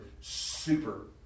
super